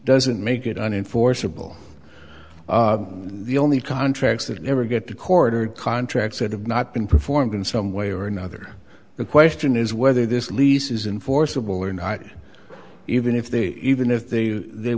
doesn't make it an enforceable the only contracts that never get to court or contracts that have not been performed in some way or another the question is whether this lease is in forcible or not even if they even if they they